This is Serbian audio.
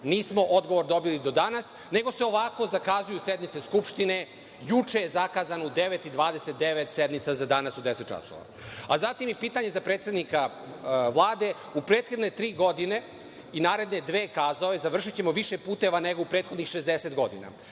Nismo odgovor dobili do danas, nego se ovako zakazuju sednice Skupštine, juče je zakazano u 9.29 sednica za danas u 10.00 časova. **Saša Radulović** Zatim i pitanje za predsednika Vlade u prethodne tri godine i naredne kazao je završićemo više puteva nego u prethodnih 60 godina.